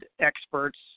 experts